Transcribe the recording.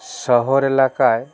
শহর এলাকায়